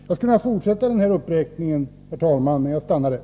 Jag skulle, herr talman, kunna fortsätta uppräkningen, men jag stannar här.